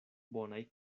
bonaj